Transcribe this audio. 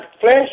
flesh